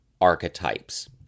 archetypes